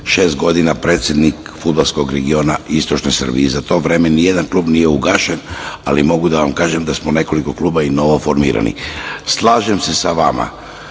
godina predsednik fudbalskog regiona istočne Srbije i za to vreme nijedan klub nije ugašen, ali mogu da vam kažem da smo nekoliko klubova novoformirali. Slažem se sa vama